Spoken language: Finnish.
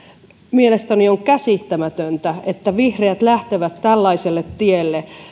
mielestäni on käsittämätöntä että vihreät lähtevät tällaiselle tielle